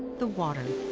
the water.